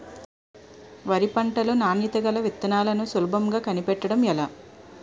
వరి పంట లో నాణ్యత గల విత్తనాలను సులభంగా కనిపెట్టడం ఎలా?